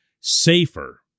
safer